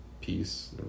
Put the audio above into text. peace